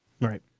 Right